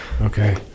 Okay